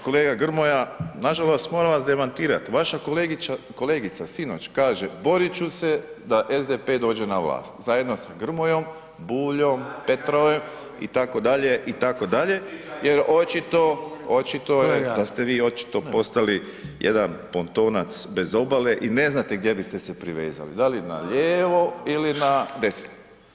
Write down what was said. Kolega Grmoja, nažalost moram vas demantirati, vaša kolegica sinoć kaže borit ću se da SDP dođe na vlast, zajedno sa Grmojom, Buljom, Petrovom itd., itd. jer očito, očito je da ste vi očito postali jedan pontonac bez obale i ne znate gdje biste se privezali, da li na lijevo ili na desno.